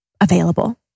available